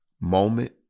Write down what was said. moment